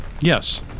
Yes